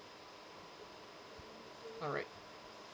alright